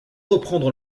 reprendre